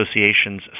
Association's